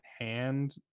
hand